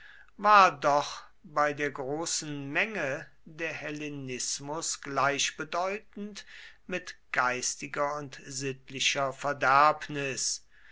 war doch bei der großen menge der hellenismus gleichbedeutend mit geistiger und sittlicher